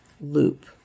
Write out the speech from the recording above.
loop